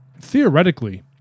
Theoretically